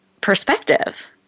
perspective